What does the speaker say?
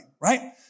right